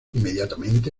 inmediatamente